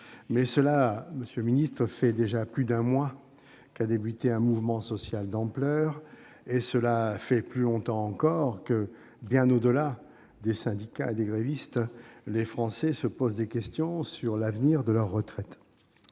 dans quinze jours. Mais cela fait déjà plus d'un mois qu'a commencé un mouvement social d'ampleur, et cela fait plus longtemps encore que, bien au-delà des syndicats et des grévistes, les Français se posent des questions sur l'avenir de leurs retraites.